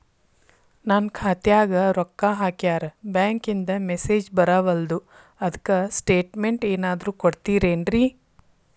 ನನ್ ಖಾತ್ಯಾಗ ರೊಕ್ಕಾ ಹಾಕ್ಯಾರ ಬ್ಯಾಂಕಿಂದ ಮೆಸೇಜ್ ಬರವಲ್ದು ಅದ್ಕ ಸ್ಟೇಟ್ಮೆಂಟ್ ಏನಾದ್ರು ಕೊಡ್ತೇರೆನ್ರಿ?